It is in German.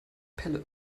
pelle